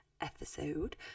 episode